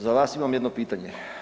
Za vas imam jedno pitanje.